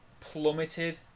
plummeted